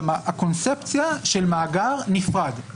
גם הקונספציה של מאגר נפרד,